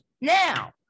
Now